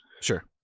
Sure